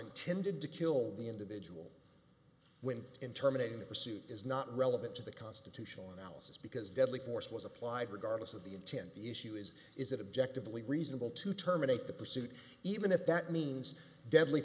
intended to kill the individual when in terminating the pursuit is not relevant to the constitutional analysis because deadly force was applied regardless of the intent the issue is is it objectively reasonable to terminate the pursuit even if that means de